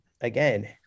again